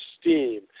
steam